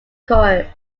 corel